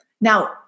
now